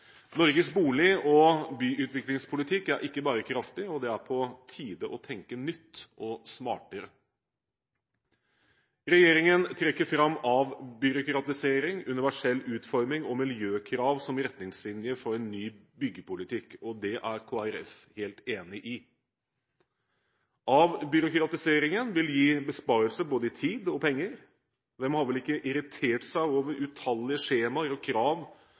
Norges bolig- og byutviklingspolitikk er ikke bærekraftig, og det er på tide å tenke nytt og smartere. Regjeringen trekker fram avbyråkratisering, universell utforming og miljøkrav som retningslinjer for en ny byggepolitikk, og det er Kristelig Folkeparti helt enig i. Avbyråkratiseringen vil gi besparelser i både tid og penger. Hvem har vel ikke irritert seg over utallige skjemaer og krav